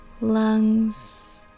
lungs